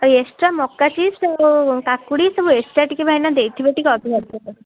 ଆଉ ଏକ୍ସଟ୍ରା ମକା ଚିପ୍ସ ଆଉ କାକୁଡ଼ି ସବୁ ଏକ୍ସଟ୍ରା ଟିକେ ଭାଇନା ଦେଇଥିବେ ଟିକେ ଅଧିକା ଅଧିକା